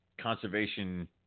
conservation